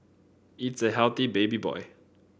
it's a healthy baby boy